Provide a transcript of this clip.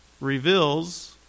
reveals